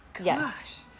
Yes